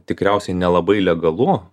tikriausiai nelabai legalu